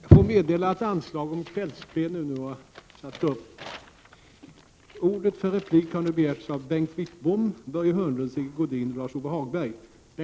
Jag får meddela att anslag nu har satts upp om att detta sammanträde skall fortsätta efter kl. 19.00.